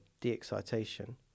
de-excitation